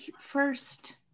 first